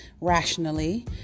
rationally